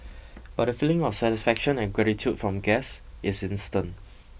but the feeling of satisfaction and gratitude from guests is instant